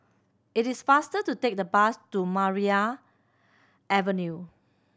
it is faster to take the bus to Maria Avenue